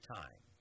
time